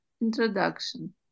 introduction